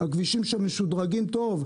הכבישים שם משודרגים טוב,